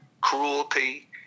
cruelty